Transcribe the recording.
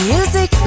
Music